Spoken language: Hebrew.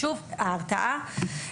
שוב, ההרתעה.